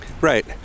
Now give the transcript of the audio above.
Right